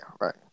right